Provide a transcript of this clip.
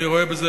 אני רואה בזה,